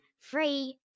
free